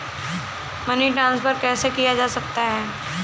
Money transfer कैसे किया जा सकता है?